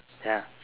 ya